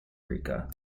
rica